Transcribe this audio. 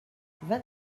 vingt